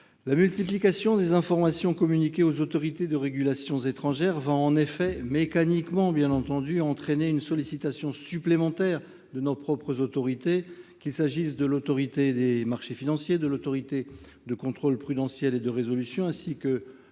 La multiplication des informations communiquées aux autorités de régulation étrangères va mécaniquement entraîner une sollicitation supplémentaire de nos propres autorités, qu’il s’agisse de l’Autorité des marchés financiers, de l’Autorité de contrôle prudentiel et de résolution (ACPR) ou